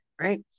right